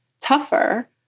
tougher